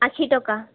আশী টকা